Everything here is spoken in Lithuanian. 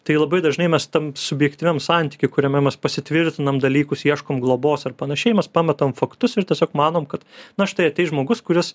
tai labai dažnai mes tam subjektyviam santykiui kuriame mes pasitvirtinam dalykus ieškom globos ar panašiai mes pametam faktus ir tiesiog manom kad na štai ateis žmogus kuris